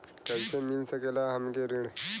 कइसे मिल सकेला हमके ऋण?